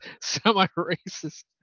semi-racist